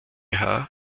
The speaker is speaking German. hat